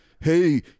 Hey